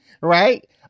right